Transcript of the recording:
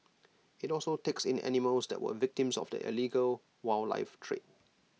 IT also takes in animals that were victims of the illegal wildlife trade